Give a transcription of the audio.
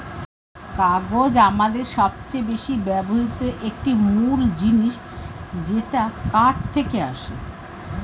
কাগজ আমাদের সবচেয়ে বেশি ব্যবহৃত একটি মূল জিনিস যেটা কাঠ থেকে আসে